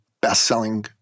best-selling